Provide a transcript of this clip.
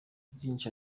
nyinshi